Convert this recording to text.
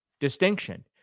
distinction